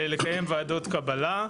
לקיים ועדות קבלה.